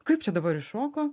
kaip čia dabar iššoko